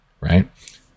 right